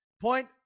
point